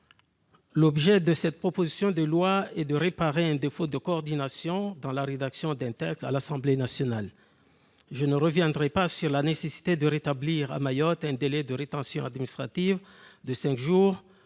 L'objet de cette proposition de loi est de réparer un défaut de coordination dans la rédaction d'un texte à l'Assemblée nationale. Je ne reviendrai pas sur la nécessité de rétablir à Mayotte un délai de rétention administrative de cinq jours